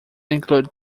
include